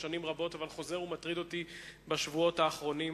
שנים רבות אבל חוזר ומטריד אותי בשבועות האחרונים.